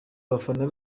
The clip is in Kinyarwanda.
abafana